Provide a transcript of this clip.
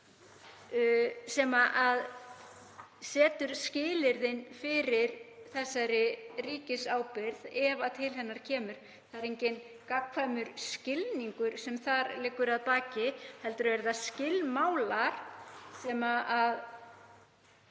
sem setur skilyrðin fyrir þessari ríkisábyrgð ef til hennar kemur. Það eru enginn gagnkvæmur skilningur sem þar liggur að baki heldur eru það skilmálar sem